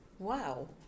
Wow